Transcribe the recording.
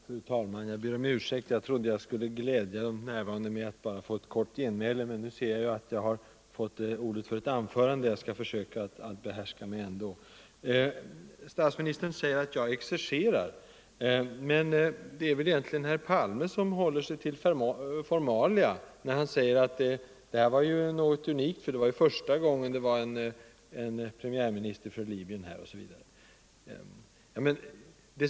Fru talman! Jag ber om ursäkt! Jag trodde jag skulle glädja de närvarande med att bara göra ett kort genmäle, men nu har jag fått ordet för ett anförande. Jag skall försöka att behärska mig ändå. Statsministern säger att jag exercerar. Men det är väl herr Palme som håller sig till formella ting när han säger, att mötet med Libyens premiärminister var unikt, därför att det var första gången en premiärminister från Libyen var här, osv.